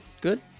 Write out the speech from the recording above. Good